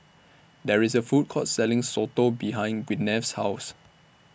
There IS A Food Court Selling Soto behind Gwyneth's House